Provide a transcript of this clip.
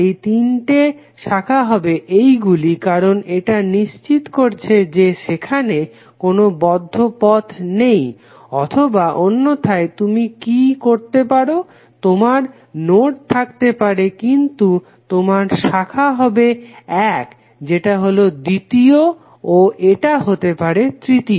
সেই 3 তে শাখা হবে এইগুলি কারণ এটা নিশ্চিত করছে যে সেখানে কোনো বদ্ধ পথ নেই অথবা অন্যথায় তুমি কি করতে পারো তোমার নোড থাকতে পারে কিন্তু তোমার শাখা হবে এক যেটা হলো দ্বিতীয় ও এটা হতে পারে তৃতীয়